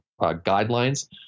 guidelines